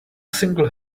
single